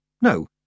No